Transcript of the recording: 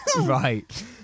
Right